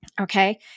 Okay